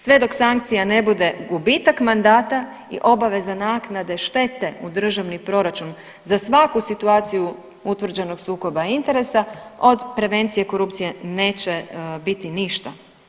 Sve dok sankcija ne bude gubitak mandata i obaveza naknade štete u državni proračun za svaku situaciju utvrđenog sukoba interesa, od prevencije korupcije neće biti ništa.